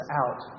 out